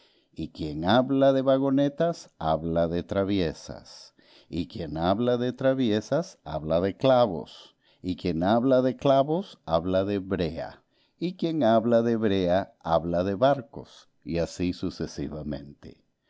y quien habla de vagonetas habla de traviesas y quien habla de traviesas habla de clavos y quien habla de clavos habla de brea y quien habla de brea habla de barcos y así sucesivamente